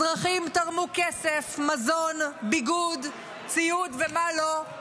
אזרחים תרמו כסף, מזון, ביגוד, ציוד ומה לא,